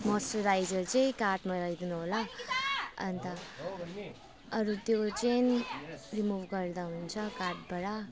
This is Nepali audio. मोस्चराइजर चाहिँ कार्टमा राखिदिनु होला अन्त अरू त्यो चाहिँ रिमुभ गर्दा हुन्छ कार्टबाट